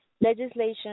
legislation